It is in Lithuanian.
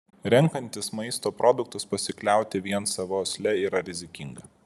renkantis maisto produktus pasikliauti vien sava uosle yra rizikinga